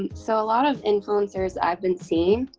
and so a lot of influencers i've been seeing,